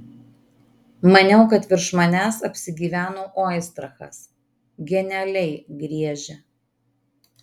maniau kad virš manęs apsigyveno oistrachas genialiai griežia